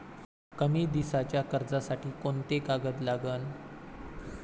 कमी दिसाच्या कर्जासाठी कोंते कागद लागन?